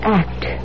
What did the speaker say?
act